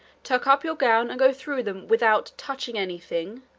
tuck up your gown and go through them without touching anything,